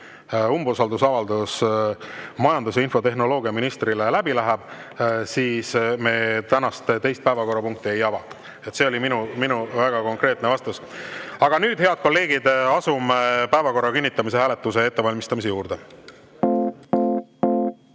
umbusaldusavaldus majandus- ja infotehnoloogiaministrile läbi läheb, siis me tänast teist päevakorrapunkti ei ava. See oli minu väga konkreetne vastus. Aga nüüd, head kolleegid, asume päevakorra kinnitamise hääletuse ettevalmistamise juurde.